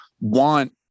want